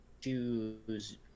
choose